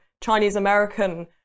Chinese-American